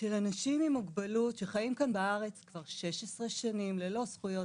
של אנשים עם מוגבלות שחיים כאן בארץ כבר 16 שנים ללא זכויות,